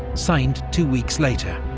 signed two weeks later.